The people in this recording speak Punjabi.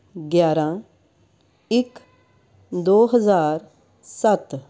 ਗਿਆਰਾਂ ਇੱਕ ਦੋ ਹਜ਼ਾਰ ਸੱਤ